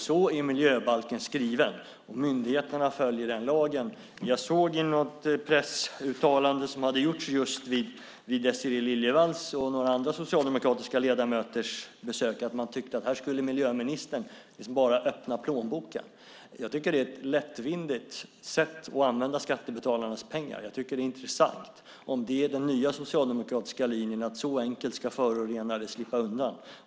Så är miljöbalken skriven, och myndigheterna följer den lagen. Jag såg i något pressuttalande som hade gjorts just vid Désirée Liljevalls och några andra socialdemokratiska ledamöters besök att man tyckte att här skulle miljöministern liksom bara öppna plånboken. Jag tycker att det är ett lättvindigt sätt att använda skattebetalarnas pengar, och det är intressant om det är den nya socialdemokratiska linjen - så enkelt ska förorenare slippa undan.